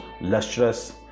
lustrous